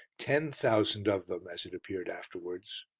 ten thousand of them, as it appeared afterwards.